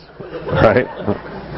right